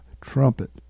trumpet